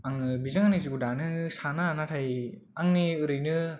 आंङो बिजों आंनि जिउखौ दानो साना नाथाय आंनि ओरैनो